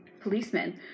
policemen